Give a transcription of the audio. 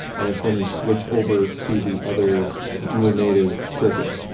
and it's when you switch over to the other dual-native circuit.